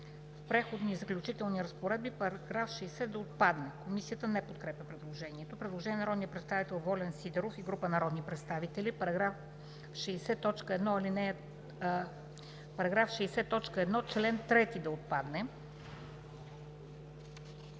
в „Преходни и заключителни разпоредби“ § 60 да отпадне. Комисията не подкрепя предложението. Има предложение на народния представител Волен Сидеров и група народни представители –§ 60, т. 1, чл. 3 да отпадне.